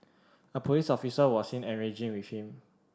a police officer was seen engaging with him